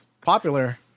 Popular